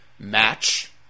Match